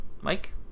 Mike